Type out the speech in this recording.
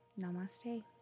Namaste